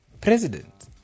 president